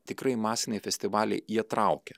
tikrai masiniai festivaliai jie traukia